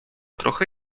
trochę